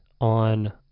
on